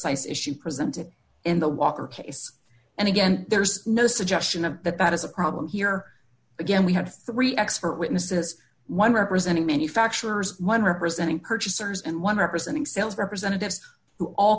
issue presented in the walker case and again there's no suggestion of that that is a problem here again we had three expert witnesses one representing manufacturers one representing purchasers and one representing sales representative